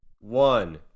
one